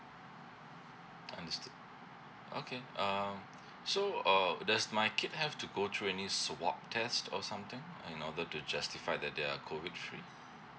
understood okay um so uh does my kid have to go through any swab test or something in order to justify that they are COVID free